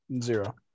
Zero